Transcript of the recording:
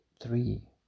three